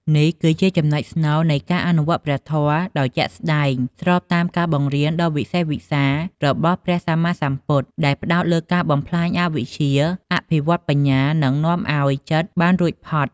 នេះគឺជាចំណុចស្នូលនៃការអនុវត្តព្រះធម៌ដោយជាក់ស្ដែង ស្របតាមការបង្រៀនដ៏វិសេសវិសាលរបស់ព្រះសម្មាសម្ពុទ្ធ ដែលផ្ដោតលើការបំផ្លាញអវិជ្ជា អភិវឌ្ឍបញ្ញា និងនាំឲ្យចិត្តបានរួចផុត។